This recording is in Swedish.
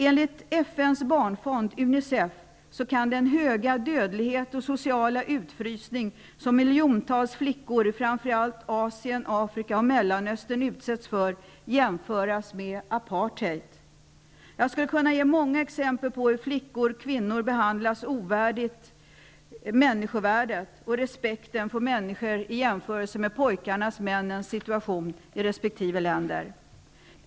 Enligt FN:s barnfond Unicef kan den höga dödlighet och sociala utfrysning som miljontals flickor i framför allt Asien, Afrika och Mellanöstern utsätts för jämföras med apartheid. Jag skulle kunna ge många exempel på hur flickor och kvinnor behandlas ovärdigt sitt människovärde och hur respekten för kvinnan i jämförelse med pojkarnas och männens situation i resp. länder åsidosätts.